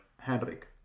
Henrik